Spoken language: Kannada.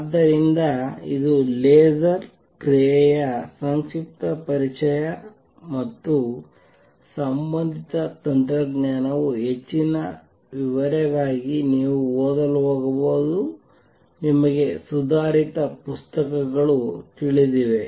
ಆದ್ದರಿಂದ ಇದು ಲೇಸರ್ ಕ್ರಿಯೆಯ ಸಂಕ್ಷಿಪ್ತ ಪರಿಚಯ ಮತ್ತು ಸಂಬಂಧಿತ ತಂತ್ರಜ್ಞಾನವು ಹೆಚ್ಚಿನ ವಿವರಗಳಿಗಾಗಿ ನೀವು ಓದಲು ಹೋಗಬಹುದು ನಿಮಗೆ ಸುಧಾರಿತ ಪುಸ್ತಕಗಳು ತಿಳಿದಿವೆ